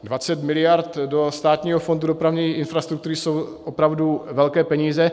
Dvacet miliard do Státního fondu dopravní infrastruktury jsou opravdu velké peníze.